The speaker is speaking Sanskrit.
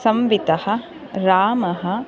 संवितः रामः